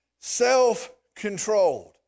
self-controlled